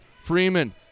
Freeman